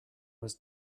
was